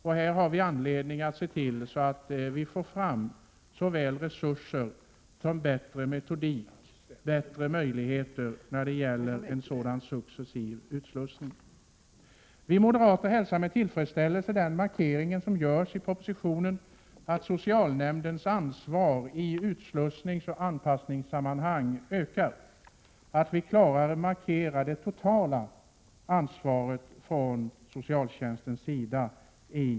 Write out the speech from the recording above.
Det finns därför anledning att se till att man får fram resurser för en bättre metodik och för bättre möjligheter för en sådan successiv utslussning. Vi moderater hälsar med tillfredsställelse den markering som görs i propositionen om att socialnämndens ansvar i utslussningsoch anpassningssammanhang skall öka och att man klarare markerar det totala ansvaret från socialtjänstens sida.